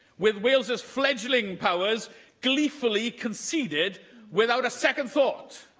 with wales's fledgling powers gleefully conceded without a second thought.